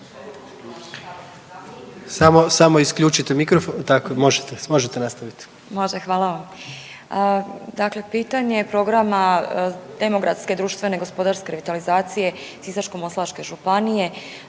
Samo isključite mikrofon. Možete nastaviti. **Tramišak, Nataša (HDZ)** Može. Hvala vam. Dakle pitanje programa demografske društvene gospodarske revitalizacije Sisačko-moslavačke županije